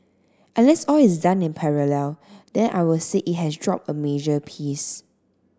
unless all is done in parallel then I will say it has dropped a major piece